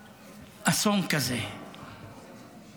אסון כזה נופל על משפחה,